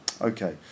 Okay